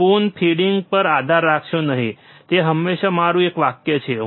spoon feeding પર આધાર રાખશો નહીં તે હંમેશા મારું એક વાક્ય છે